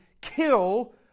kill